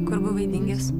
kur buvai dingęs